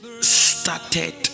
started